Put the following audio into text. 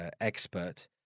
expert